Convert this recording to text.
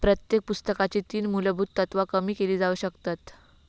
प्रत्येक पुस्तकाची तीन मुलभुत तत्त्वा कमी केली जाउ शकतत